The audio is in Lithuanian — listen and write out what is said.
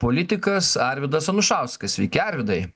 politikas arvydas anušauskas sveiki arvydai